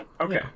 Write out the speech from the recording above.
okay